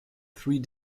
three